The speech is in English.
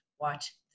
watch